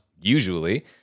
usually